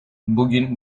bugün